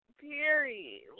Period